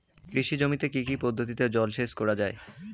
কৃষি জমিতে কি কি পদ্ধতিতে জলসেচ করা য়ায়?